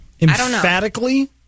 Emphatically